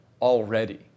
already